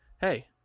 hey